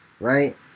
right